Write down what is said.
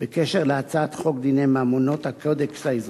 בקשר להצעת חוק דיני ממונות, הקודקס האזרחי.